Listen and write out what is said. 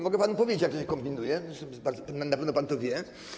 Mogę panu powiedzieć, jak się kombinuje, zresztą na pewno pan to wie.